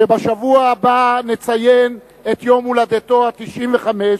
בשבוע הבא נציין את יום הולדתו ה-95,